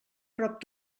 prop